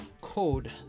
code